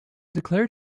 declared